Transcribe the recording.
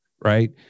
right